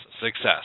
success